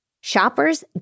Shoppers